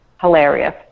hilarious